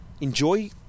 Enjoy